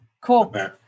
Cool